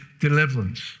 deliverance